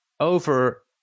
Over